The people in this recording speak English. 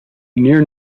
near